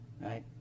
right